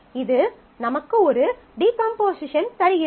இது நமக்கு ஒரு டீகம்போசிஷன் தருகிறது